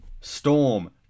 Storm